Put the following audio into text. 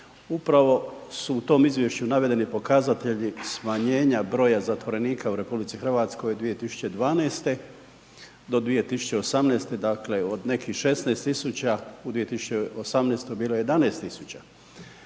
upravo su u tom izvješću navedeni pokazatelji smanjenja broja zatvorenika u RH 2012. do 2018. dakle od nekih 16.000 u 2018. bilo je 11.000.